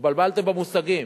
התבלבלתם במושגים.